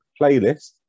playlist